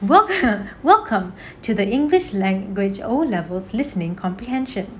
welcome welcome to the english language O levels listening comprehension